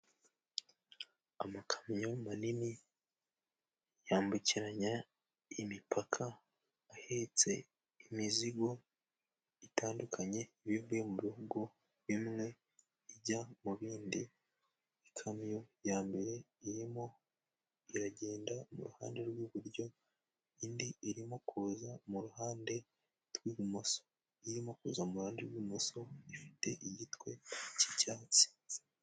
Amakamyo manini yambukiranya imipaka ahetse imizigo itandukanye ibivuye mu bihugu bimwe ijya mu bindi. Ikamyo ya mbere irimo iragenda mu ruhande rw'iburyo ,indi irimo kuza mu ruhande rw'ibumoso ,irimo kuza mu ruhande rw'ibumoso ifite igitwe cy'icyatsi